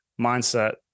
mindset